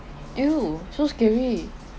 !aiyo! so scary